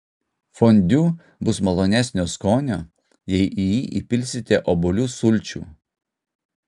fondiu bus malonesnio skonio jei į jį įpilsite obuolių sulčių